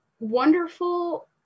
Wonderful